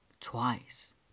Twice